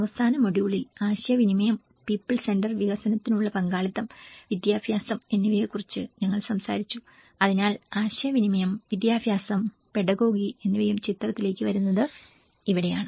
അവസാന മൊഡ്യൂളിൽ ആശയവിനിമയം പീപ്പിൾ സെന്റർ വികസനത്തിനായുള്ള പങ്കാളിത്തം വിദ്യാഭ്യാസം എന്നിവയെക്കുറിച്ച് ഞങ്ങൾ സംസാരിച്ചു അതിനാൽ ആശയവിനിമയം വിദ്യാഭ്യാസം പെഡഗോഗി എന്നിവയും ചിത്രത്തിലേക്ക് വരുന്നത് ഇവിടെയാണ്